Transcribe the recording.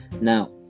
Now